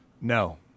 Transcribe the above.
No